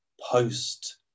post